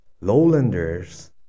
lowlanders